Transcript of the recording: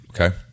Okay